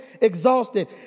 exhausted